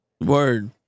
Word